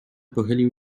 pochylił